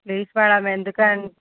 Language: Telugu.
ప్లీస్ మ్యాడం ఎందుకు అం